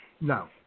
No